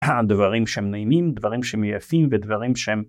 הדברים שהם נעימים דברים שהם יפים ודברים שהם..